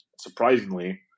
surprisingly